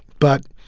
but,